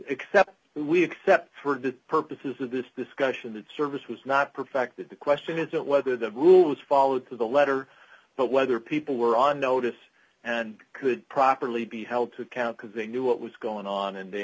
except we accept for the purposes of this discussion that service was not perfected the question isn't whether that rule was followed to the letter but whether people were on notice and could properly be held to account because they knew what was going on and they